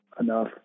enough